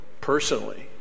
personally